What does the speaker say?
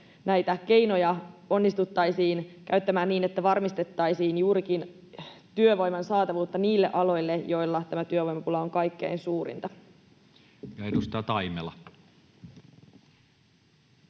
näitä keinoja onnistuttaisiin käyttämään niin, että varmistettaisiin juurikin työvoiman saatavuutta niille aloille, joilla tämä työvoimapula on kaikkein suurinta? Ja edustaja Taimela.